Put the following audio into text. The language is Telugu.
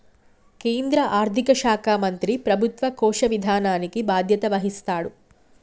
కేంద్ర ఆర్థిక శాఖ మంత్రి ప్రభుత్వ కోశ విధానానికి బాధ్యత వహిస్తాడు